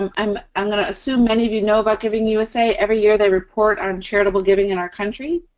um i'm i'm gonna assume many of you know about giving usa. every year, they report on charitable giving in our country.